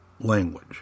language